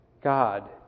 God